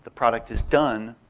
product is done,